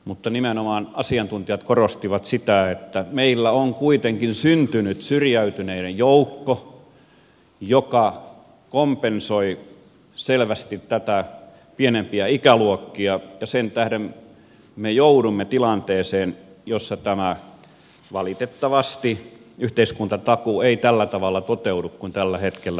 mutta nimenomaan asiantuntijat korostivat sitä että meillä on kuitenkin syntynyt syrjäytyneiden joukko ja se kompensoi selvästi tätä ikäluokkien pienentymistä ja sen tähden me joudumme tilanteeseen jossa valitettavasti yhteiskuntatakuu ei tällä tavalla toteudu kuin tällä hetkellä uskotaan